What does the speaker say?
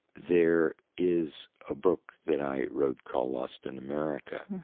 there is a book that i wrote called lost in america,